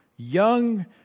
young